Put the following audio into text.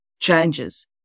Changes